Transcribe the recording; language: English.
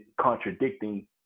contradicting